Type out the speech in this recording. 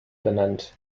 benannt